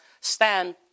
stand